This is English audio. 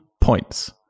points